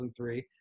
2003